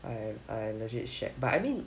I I legit shag but I mean